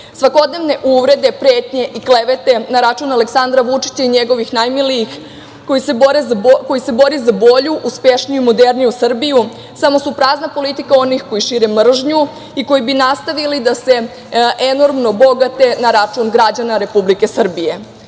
Svakodnevne uvrede, pretnje i klevete na račun Aleksandra Vučića i njegovih najmilijih koji se bore za bolju, uspešniju, moderniju Srbiju samo su prazna politika onih koji šire mržnju i koji bi nastavili da se enormno bogate na račun građana Republike Srbije. Nijedno